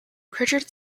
prichard